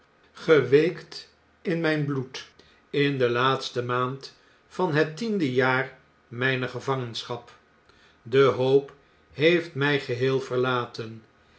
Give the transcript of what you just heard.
geweekt in mtjn bloed in de laatste maand van het tiende jaar mijner gevangenschap de hoop heeft mg geheel verlaten